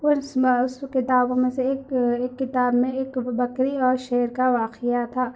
اس اس کتابوں میں سے ایک ایک کتاب میں ایک بکری اور شیر کا واقعہ تھا